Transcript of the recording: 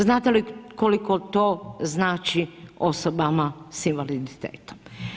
Znate li koliko to znači osobama sa invaliditetom?